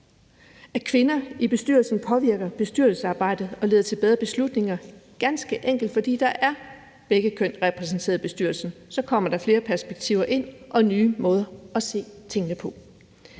at kvinder i bestyrelsen påvirker bestyrelsesarbejdet og leder til bedre beslutninger, ganske enkelt fordi begge køn er repræsenteret i bestyrelsen; så kommer der flere perspektiver ind og nye måder at se tingene på.